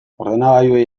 ordenagailuei